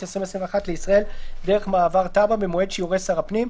2021) לישראל דרך מעבר טאבה במועד שיורה שר הפנים,